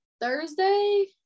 Thursday